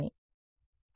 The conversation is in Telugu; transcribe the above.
విద్యార్థి x 0 ఎందుకు